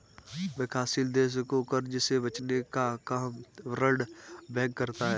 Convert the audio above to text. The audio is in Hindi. विकासशील देश को कर्ज से बचने का काम वर्ल्ड बैंक करता है